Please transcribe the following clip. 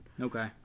Okay